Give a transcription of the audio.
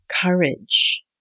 courage